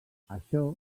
això